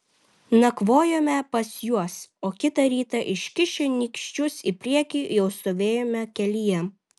nakvojome pas juos o kitą rytą iškišę nykščius į priekį jau stovėjome kelyje